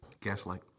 Gaslight